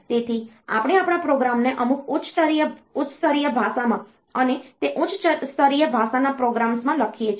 તેથી આપણે આપણા પ્રોગ્રામને અમુક ઉચ્ચ સ્તરીય ભાષામાં અને તે ઉચ્ચ સ્તરીય ભાષાના પ્રોગ્રામ્સ માં લખીએ છીએ